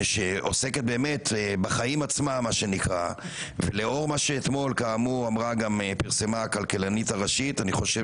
שעוסקת בחיים עצמם ולאור מה שפרסמה אתמול הכלכלנית הראשית כאמור,